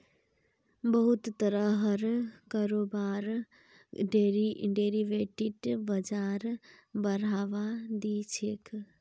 बहुत तरहर कारोबारक डेरिवेटिव बाजार बढ़ावा दी छेक